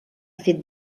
fet